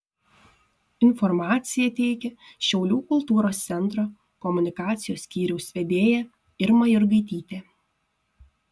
informaciją teikia šiaulių kultūros centro komunikacijos skyriaus vedėja irma jurgaitytė